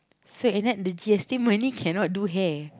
so at night the G_S_T money cannot do hair